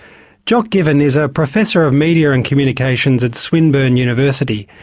jock given is a professor of media and communications at swinburne university,